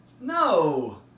No